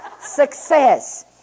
Success